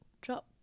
drop